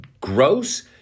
gross